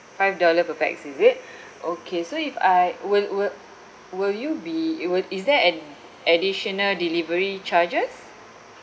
five dollar per pax is it okay so if I will will will you be it would is there an additional delivery charges